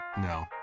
no